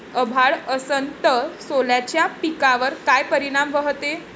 अभाळ असन तं सोल्याच्या पिकावर काय परिनाम व्हते?